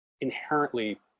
inherently